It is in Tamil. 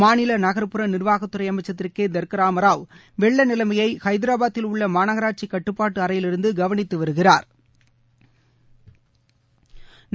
மாநில நகா்புற நிர்வாகத்துறை அமைச்சர் திரு கே தர்க்க ராமராவ் வெள்ள நிலைமையை ஹைதராபாத்தில் உள்ள மாநகராட்சி கட்டுப்பாட்டு அறையிலிருந்து கவனித்து வருகிறாா்